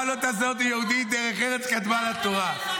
"דרך ארץ קדמה לתורה".